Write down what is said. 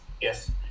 yes